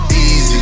easy